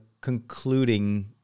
concluding